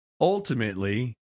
ultimately